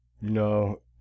No